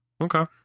okay